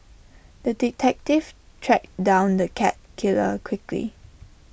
the detective tracked down the cat killer quickly